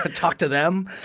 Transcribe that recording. but talk to them